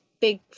big